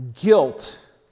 guilt